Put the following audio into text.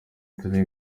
turi